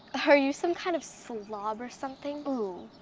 are you some kind of slob or something? ooh,